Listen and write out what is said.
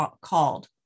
called